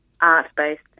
art-based